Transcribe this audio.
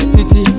City